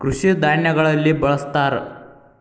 ಕೃಷಿ ಧಾನ್ಯಗಳಲ್ಲಿ ಬಳ್ಸತಾರ